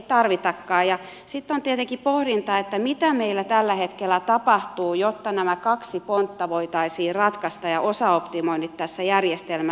sitten on tietenkin pohdinta mitä meillä tällä hetkellä tapahtuu jotta nämä kaksi pontta ja osaoptimoinnit tässä järjestelmässä voitaisiin ratkaista